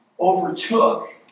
overtook